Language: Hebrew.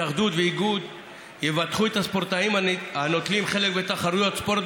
התאחדות ואיגוד יבטחו את הספורטאים הנוטלים חלק בתחרויות ספורט,